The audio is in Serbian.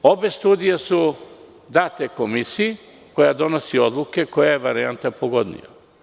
Obe studije su date Komisiji koja donosi odluku koja je varijanta pogodnija.